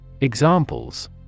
Examples